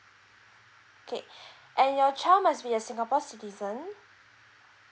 okay and your child must be a singapore citizen